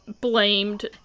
blamed